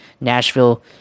Nashville